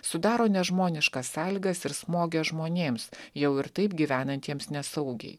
sudaro nežmoniškas sąlygas ir smogia žmonėms jau ir taip gyvenantiems nesaugiai